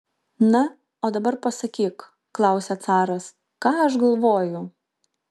na o dabar pasakyk klausia caras ką aš galvoju